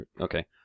Okay